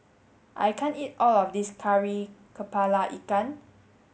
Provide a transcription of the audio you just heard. I can't eat all of this Kari Kepala Ikan